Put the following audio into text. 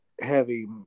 heavy